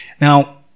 Now